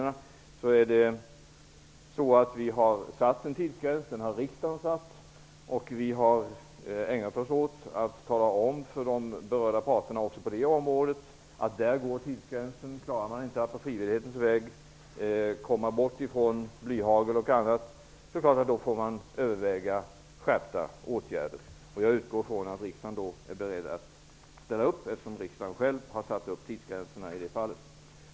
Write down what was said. Riksdagen har satt en tidsgräns. Vi har ägnat oss åt att tala om för de berörda parterna på detta område att det finns en tidsgräns. Om man inte klarar att komma bort från blyhagel och annat på frivillighetens väg får vi överväga skärpta åtgärder. Jag utgår från att riksdagen är beredd att ställa upp eftersom det är riksdagen som har satt upp tidsgränserna i det fallet.